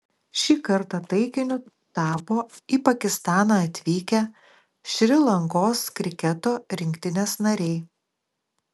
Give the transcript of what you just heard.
šį kartą taikiniu tapo į pakistaną atvykę šri lankos kriketo rinktinės nariai